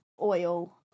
oil